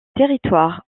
territoires